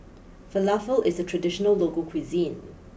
Falafel is a traditional local cuisine